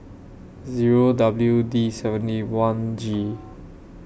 Zero W D seventy one G